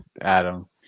Adam